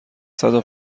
صدو